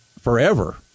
forever